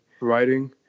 Writing